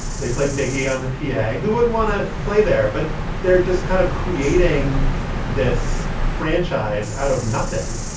they play biggie on the p a. who wouldn't want to play there? but they're just kind of creating this franchise out of nothing.